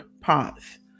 parts